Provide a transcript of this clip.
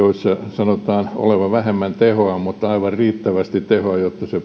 sanotaan olevan vähemmän tehoa mutta niissä on aivan riittävästi tehoa jotta